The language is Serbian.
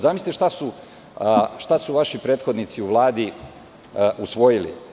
Zamislite šta su vaši prethodnici u Vladi usvojili.